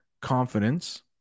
confidence